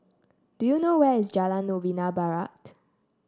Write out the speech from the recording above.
do you know where is Jalan Novena Barat